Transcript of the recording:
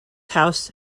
house